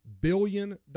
billion